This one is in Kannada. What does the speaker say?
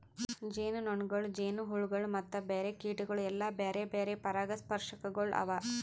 ಜೇನುನೊಣಗೊಳ್, ಜೇನುಹುಳಗೊಳ್ ಮತ್ತ ಬ್ಯಾರೆ ಕೀಟಗೊಳ್ ಎಲ್ಲಾ ಬ್ಯಾರೆ ಬ್ಯಾರೆ ಪರಾಗಸ್ಪರ್ಶಕಗೊಳ್ ಅವಾ